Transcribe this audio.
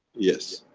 yes.